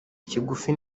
kigufi